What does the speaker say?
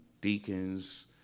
deacons